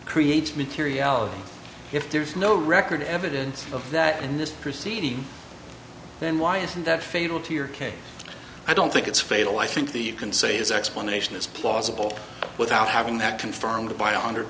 creates materiality if there's no record evidence of that in this proceeding then why isn't that fatal to your case i don't think it's fatal i think the can say this explanation is plausible without having that confirmed by a hundred